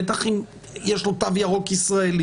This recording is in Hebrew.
בטח אם יש לו תו ירוק ישראלי,